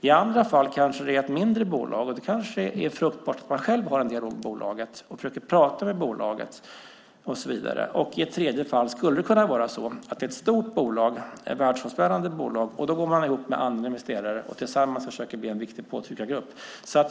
I andra fall kanske det är ett mindre bolag. Det kanske är fruktbart att man har en dialog med bolaget och försöker prata med det och så vidare. Och i vissa fall skulle det kunna vara ett stort bolag, ett världsomspännande bolag. Då kan man gå ihop med andra investerare och tillsammans försöka bli en viktig påtryckargrupp.